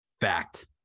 Fact